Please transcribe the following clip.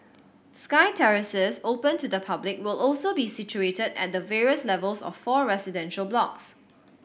sky terraces open to the public will also be situated at the various levels of four residential blocks